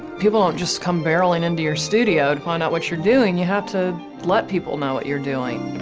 people don't just come barreling into your studio to find out what you're doing, you have to let people know what you're doing.